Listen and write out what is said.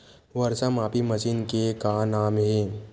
वर्षा मापी मशीन के का नाम हे?